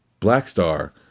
Blackstar